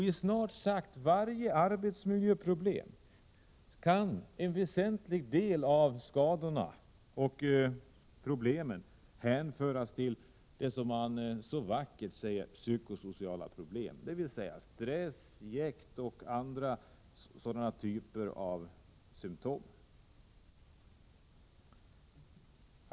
I snart sagt varje arbetsmiljöproblem kan en väsentlig del hänföras till det som så vackert kallas psykosociala problem — dvs. stress, jäkt och liknande.